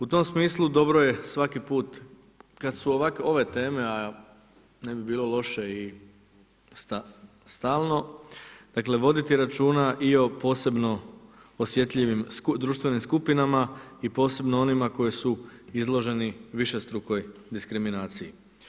U tom smislu dobro je svaki put kad su ove teme, a ne bi bilo loše i stalno, dakle voditi računa i o posebno osjetljivim društvenim skupinama i posebno onima koji su izloženi višestrukoj diskriminaciji.